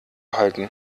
halten